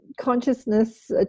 consciousness